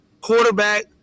quarterback